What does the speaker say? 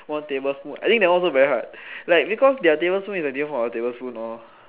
one tablespoon I think that one also very hard like because their tablespoon also different from our tablespoon lor